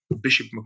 Bishop